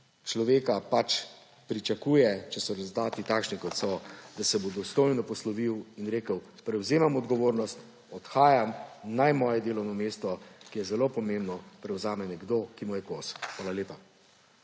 človeka pač pričakujeta, če so rezultati takšni, kot so, da se bo dostojno poslovil in rekel, prevzemam odgovornost, odhajam, naj moje delovno mesto, ki je zelo pomembno, prevzame nekdo, ki mu je kos. Hvala lepa.